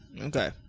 Okay